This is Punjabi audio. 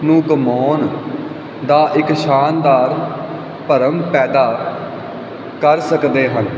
ਨੂੰ ਗਮਾਉਣ ਦਾ ਇੱਕ ਸ਼ਾਨਦਾਰ ਭਰਮ ਪੈਦਾ ਕਰ ਸਕਦੇ ਹਨ